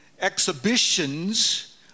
exhibitions